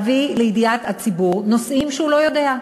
להביא לידיעת הציבור נושאים שהוא לא יודע.